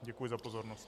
Děkuji za pozornost.